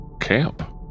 camp